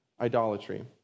idolatry